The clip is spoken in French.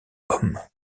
hommes